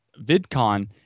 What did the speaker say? VidCon